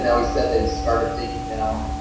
and he said that he started digging them,